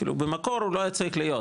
כאילו במקור הוא לא היה צריך להיות,